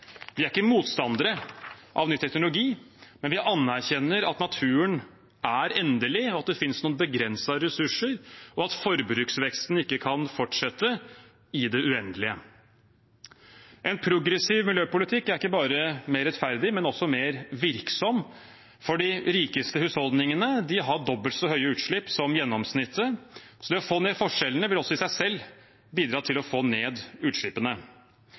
Vi er ikke motstandere av ny teknologi, men vi anerkjenner at naturen er endelig, at det finnes noen begrensede ressurser, og at forbruksveksten ikke kan fortsette i det uendelige. En progressiv miljøpolitikk er ikke bare mer rettferdig, men også mer virksom. De rikeste husholdningene har dobbelt så høye utslipp som gjennomsnittet, så det å få ned forskjellene vil også i seg selv bidra til å få ned utslippene.